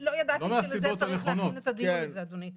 לא ידעתי שלזה צריך להכין את הדיון הזה אדוני.